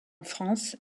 france